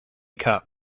cup